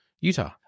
Utah